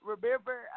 Remember